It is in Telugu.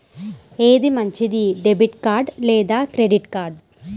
ఏది మంచిది, డెబిట్ కార్డ్ లేదా క్రెడిట్ కార్డ్?